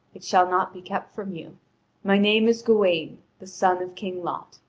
it shall not be kept from you my name is gawain the son of king lot.